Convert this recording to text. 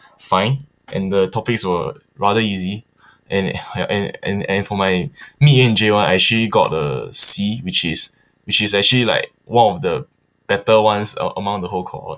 fine and the topics were rather easy and and and and for my mid ear in J one I actually got a C which is which is actually like one of the better ones among the whole cohort